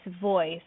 voice